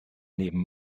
neben